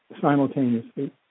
simultaneously